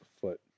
foot